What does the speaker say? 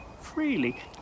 freely